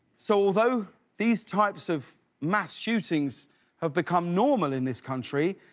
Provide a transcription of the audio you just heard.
so although these types of mass shootings have become normal in this country,